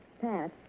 Pat